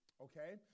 Okay